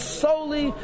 solely